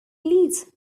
please